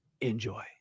Enjoy